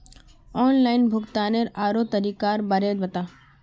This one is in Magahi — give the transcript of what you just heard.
ऑनलाइन भुग्तानेर आरोह तरीकार बारे बता